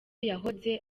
yahoze